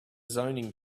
zoning